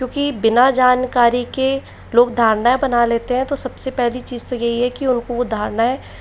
क्योंकि बिना जानकारी के लोग धारणाएँ बना लेते हैं तो सबसे पहली चीज़ तो यही है कि उनको वो धारणाएँ